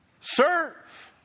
Serve